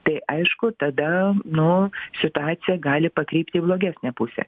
tai aišku tada nu situacija gali pakrypt į blogesnę pusę